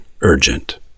urgent